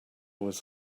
was